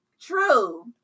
true